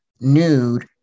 nude